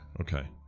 Okay